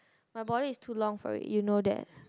my body is too long for it you know that